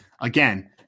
again